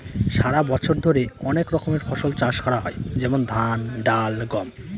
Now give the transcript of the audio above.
সারা বছর ধরে অনেক রকমের ফসল চাষ করা হয় যেমন ধান, ডাল, গম